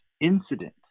incident